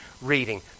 reading